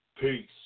Peace